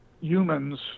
humans